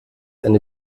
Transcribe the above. eine